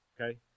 okay